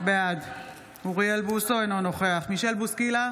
בעד אוריאל בוסו, אינו נוכח מישל בוסקילה,